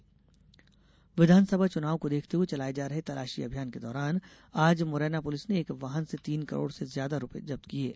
चुनाव जब्ती विधानसभा चुनाव को देखते हुए चलाये जा रहे तलाशी अभियान के दौरान आज मुरैना पुलिस ने एक वाहन से तीन करोड से ज्यादा रूपये जब्त किये हैं